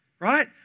right